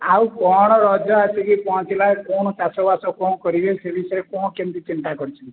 ଆଉ କ'ଣ ରଜ ଆସିକି ପହଞ୍ଚିଲା କ'ଣ ଚାଷବାସ କ'ଣ କରିବେ ସେ ବିଷୟରେ କ'ଣ କେମିତି ଚିନ୍ତା କରିଛନ୍ତି